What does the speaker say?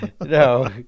no